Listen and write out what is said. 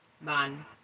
Man